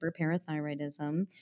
hyperparathyroidism